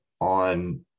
on